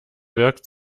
wirkt